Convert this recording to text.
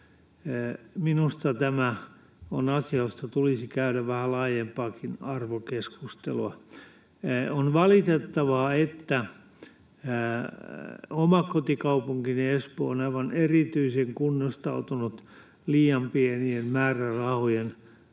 Minusta tämä on asia, josta tulisi käydä vähän laajempaakin arvokeskustelua. On valitettavaa, että oma kotikaupunkini Espoo on aivan erityisen kunnostautunut liian pienien määrärahojen